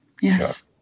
yes